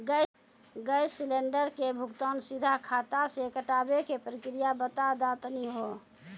Gas cylinder के भुगतान सीधा खाता से कटावे के प्रक्रिया बता दा तनी हो?